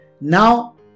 Now